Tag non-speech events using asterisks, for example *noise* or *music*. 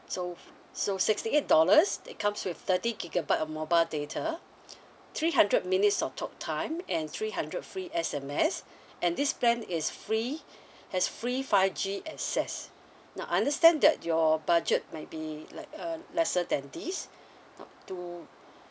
so so sixty eight dollars it comes with thirty gigabyte of mobile data *breath* three hundred minutes of talk time and three hundred free S_M_S *breath* and this plan is free *breath* has free five G access now understand that your budget might be like uh lesser than this *breath* now do